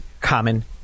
common